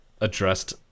addressed